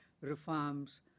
reforms